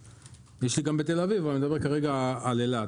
יש לי גם בתל אביב, אבל אני מדבר כרגע על אילת.